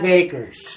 acres